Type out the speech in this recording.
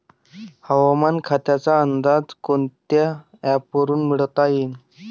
हवामान खात्याचा अंदाज कोनच्या ॲपवरुन मिळवता येईन?